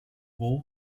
voo